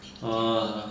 ah